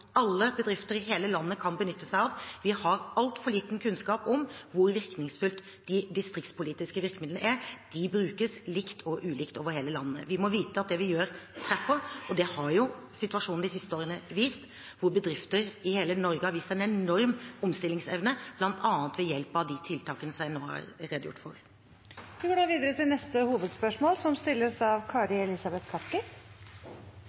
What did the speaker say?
alle bedrifter i hele landet kan benytte seg av. Vi har altfor liten kunnskap om hvor virkningsfulle de distriktspolitiske virkemidlene er, de brukes likt og ulikt over hele landet. Vi må vite at det vi gjør, treffer, og det har situasjonen de siste årene vist, hvor bedrifter i hele Norge har vist en enorm omstillingsevne, bl.a. ved hjelp av de tiltakene som jeg nå har redegjort for. Vi går videre til neste hovedspørsmål.